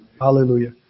Hallelujah